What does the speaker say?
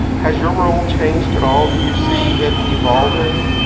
has your role changed at all? do you see it evolving?